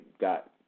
got